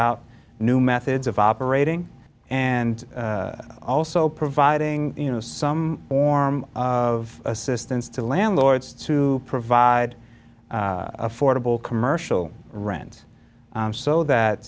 out new methods of operating and also providing you know some form of assistance to landlords to provide affordable commercial rent so that